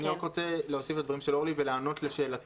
אני רוצה להוסיף לדברים של אורלי פרומן ולענות לשאלתך.